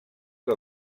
que